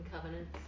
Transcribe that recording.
covenants